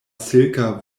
silka